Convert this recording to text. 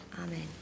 Amen